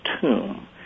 tomb